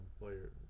players